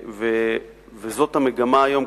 וזו המגמה היום.